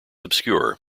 obscure